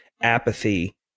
apathy